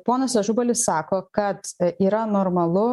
ponas ažubalis sako kad yra normalu